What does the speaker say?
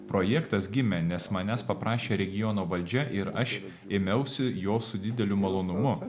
projektas gimė nes manęs paprašė regiono valdžia ir aš ėmiausi jo su dideliu malonumu